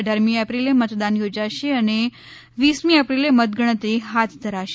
અઢારમી એપ્રિલે મતદાન યોજાશે અને વીસમી એપ્રિલે મતગણતરી હાથ ધરાશે